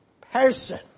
person